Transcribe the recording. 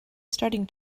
starting